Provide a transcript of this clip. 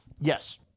yes